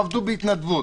עבודה בהתנדבות,